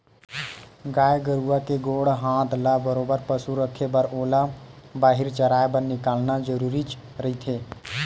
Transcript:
गाय गरुवा के गोड़ हात ल बरोबर पसुल रखे बर ओला बाहिर चराए बर निकालना जरुरीच रहिथे